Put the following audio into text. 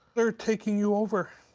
they're taking you over.